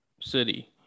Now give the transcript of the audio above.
City